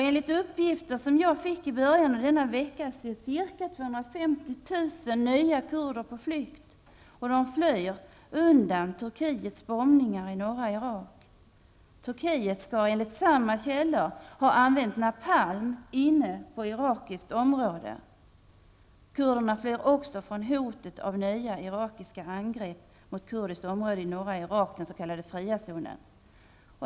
Enligt uppgifter jag fick i början av veckan är ytterligare ca 250 000 kurder på flykt. De flyr undan Turkiets bombningar i norra Irak. Turkiet skall, enligt samma källor, ha använt napalm inne på irakiskt område. Kurder flyr också från hotet av nya irakiska angrepp mot kurdiskt område i norra Irak, den s.k. fria zonen.